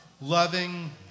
loving